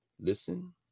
listen